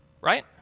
right